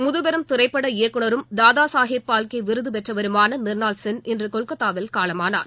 முதுபெரும் திரைப்பட இயக்குநரும் தாதா சாஹேப் பால்கே விருது பெற்றவருமான மிர்னால் சென் இன்று கொல்கத்தாவில் காலமானார்